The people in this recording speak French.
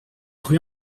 rue